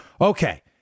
Okay